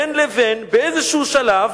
בין לבין, באיזשהו שלב,